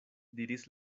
diris